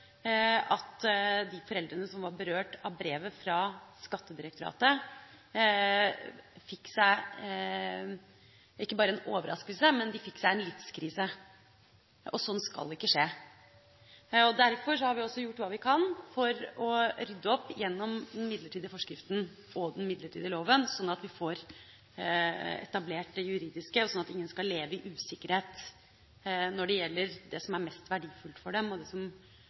at de foreldrene som var berørt av brevet fra Skattedirektoratet, fikk seg ikke bare en overraskelse, men de fikk seg en livskrise, og sånt skal ikke skje. Derfor har vi også gjort hva vi kan for å rydde opp gjennom den midlertidige forskriften og den midlertidige loven, sånn at vi får etablert det juridiske, og ingen skal leve i usikkerhet når det gjelder det som er mest verdifullt for dem, og som betyr mest. Så har det